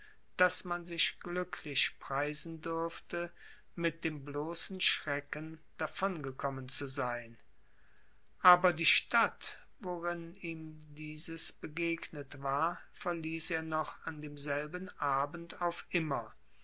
daß man sich glücklich preisen dürfte mit dem bloßen schrecken davongekommen zu sein aber die stadt worin ihm dieses begegnet war verließ er noch an demselben abend auf immer